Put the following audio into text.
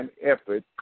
effort